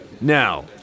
Now